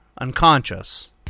unconscious